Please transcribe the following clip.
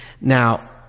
now